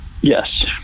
Yes